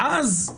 ואז,